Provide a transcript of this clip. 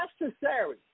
necessary